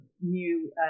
new